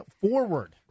forward